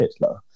Hitler